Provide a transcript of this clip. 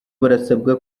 barasabwa